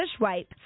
wipe